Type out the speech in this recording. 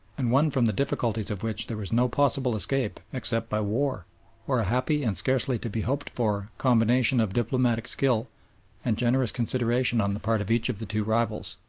and one from the difficulties of which there was no possible escape except by war or a happy and scarcely to be hoped for combination of diplomatic skill and generous consideration on the part of each of the two rivals.